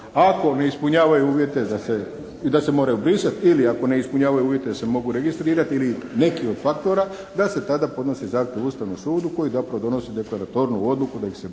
ako ne ispunjavaju uvjete da se moraju i brisati. Ili ako ne ispunjavaju uvjete da se mogu registrirati ili neki od faktora, da se tada podnosi zahtjev Ustavnom sudu koji zapravo donosi deklaratornu odluku da ih se